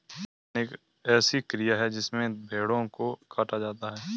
कर्तन एक ऐसी क्रिया है जिसमें भेड़ों को काटा जाता है